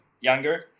younger